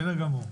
בסדר גמור.